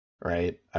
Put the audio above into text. right